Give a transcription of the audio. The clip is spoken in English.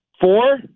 Four